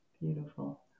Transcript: Beautiful